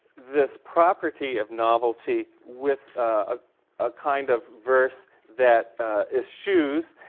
this property of novelty with a ah kind of verse that eschews